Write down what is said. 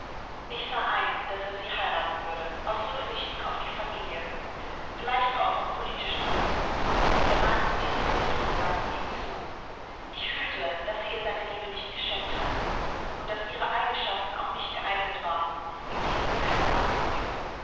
ich sah ein daß er sie heiraten würde aus rücksichten auf die familie vielleicht auch aus politischen gründen ihr rang und ihre verbindungen sagten ihm zu ich fühlte daß er ihr seine liebe nicht geschenkt hatte und daß ihre eigenschaften auch nicht geeignet waren ihm dies gefühl abzuringen